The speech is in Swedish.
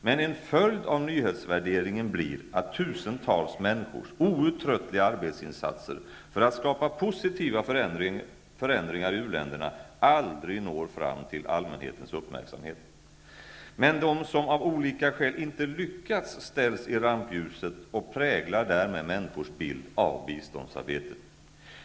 Men en följd av nyhetsvärderingen blir att tusentals människors outtröttliga arbetsinsatser för att skapa positiva förändringar i u-länderna aldrig når fram till allmänhetens uppmärksamhet. De som av olika skäl inte lyckats ställs i rampljuset och präglar därmed människors bild av biståndsarbetet.